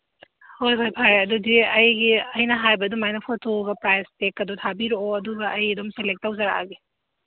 ꯍꯣꯏ ꯍꯣꯏ ꯐꯔꯦ ꯑꯗꯨꯗꯤ ꯑꯩꯒꯤ ꯑꯩꯅ ꯍꯥꯏꯕ ꯑꯗꯨꯃꯥꯏꯅ ꯐꯣꯇꯣꯒ ꯄ꯭ꯔꯥꯏꯁ ꯇꯦꯛꯀꯗꯨ ꯊꯥꯕꯤꯔꯛꯑꯣ ꯑꯗꯨꯒ ꯑꯩ ꯑꯗꯨꯝ ꯁꯦꯂꯦꯛ ꯇꯧꯖꯔꯛꯑꯒꯦ